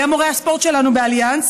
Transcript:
היה מורה הספורט שלנו באליאנס,